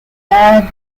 bad